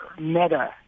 meta